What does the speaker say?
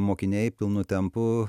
mokiniai pilnu tempu